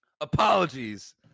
Apologies